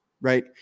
right